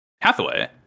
Hathaway